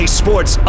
sports